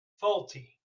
faulty